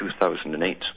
2008